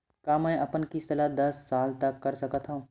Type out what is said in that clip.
का मैं अपन किस्त ला दस साल तक कर सकत हव?